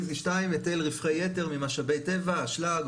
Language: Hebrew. היטל רווחי יתר ממשאבי טבע: אשלג,